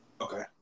Okay